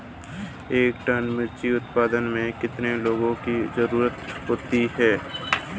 एक टन मिर्ची उतारने में कितने लोगों की ज़रुरत होती है?